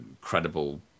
credible